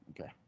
Okay